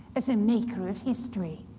as a maker of history.